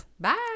bye